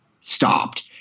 stopped